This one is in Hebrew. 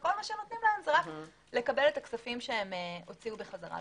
וכל מה שנותנים להם זה רק לקבל את הכספים שהם הוציאו בחזרה.